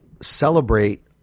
celebrate